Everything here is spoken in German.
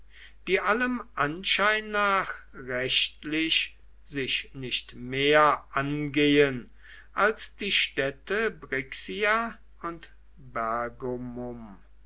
die allem anschein nach rechtlich sich nicht mehr angehen als die städte brixia und